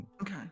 Okay